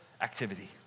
activity